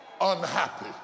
unhappy